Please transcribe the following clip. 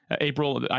April